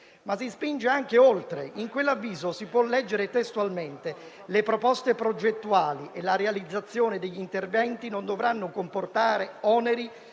ci si spinge anche oltre, perché in quell'avviso si può leggere testualmente che «le proposte progettuali e la realizzazione degli interventi non dovranno comportare oneri